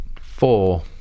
Four